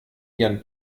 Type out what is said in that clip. ihren